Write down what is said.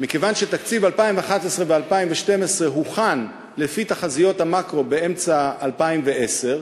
מכיוון שתקציב 2011 ו-2012 הוכן לפי תחזיות המקרו באמצע 2010,